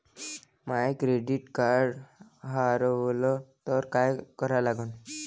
माय credit card हारवलं तर काय करा लागन?